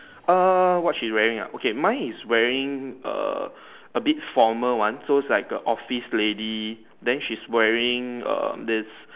err what she wearing ah okay mine is wearing err a bit formal one so is like a office lady then she's wearing um this